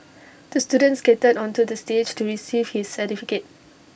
the students skated onto the stage to receive his certificate